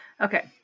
Okay